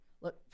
Look